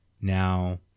Now